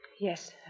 Yes